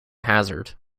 hazard